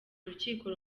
rukiko